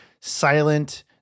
silent